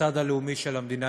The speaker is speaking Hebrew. לצד הלאומי של המדינה.